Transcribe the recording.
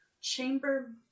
Chamber